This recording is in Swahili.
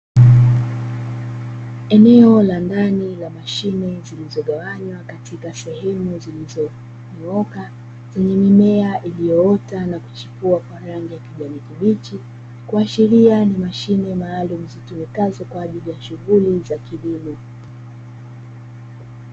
Eneo la ndani la mashine zilizogawanywa katika sehemu zilizonyooka, zenye mimea iliyoota na kuchipua kwa rangi ya kijani kibichi; kuashiria ni mashine maalumu zitumikazo kwa ajili ya shughuli za kilimo.